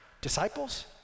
disciples